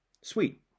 Sweet